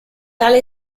tale